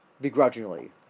Begrudgingly